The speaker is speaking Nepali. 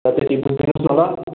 त्यति बुझिदिनु होस् न ल